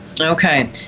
Okay